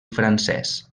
francès